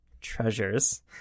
treasures